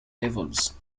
levels